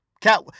Cat